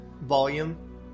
volume